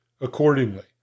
accordingly